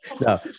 No